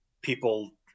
People